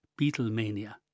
Beatlemania